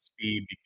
speed